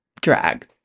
drag